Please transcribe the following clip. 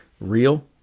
real